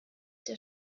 der